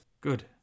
Good